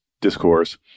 discourse